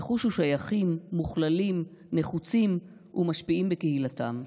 יחושו שייכים, מוכללים, נחוצים ומשפיעים בקהילתם.